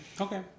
Okay